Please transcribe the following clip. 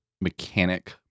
mechanic-